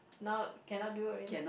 now cannot do already